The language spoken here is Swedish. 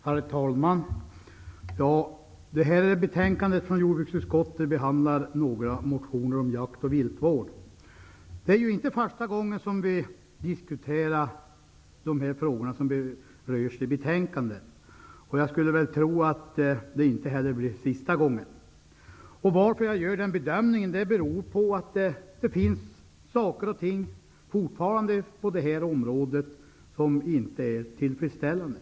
Herr talman! Detta betänkande från jordbruksutskottet behandlar några motioner om jakt och viltvård. Det är inte första gången vi diskuterar de frågor som berörs i betänkandet, och jag tror inte heller att det blir sista gången. Att jag gör den bedömningen beror på att det finns saker och ting på det här området som fortfarande inte är tillfredsställande.